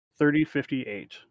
3058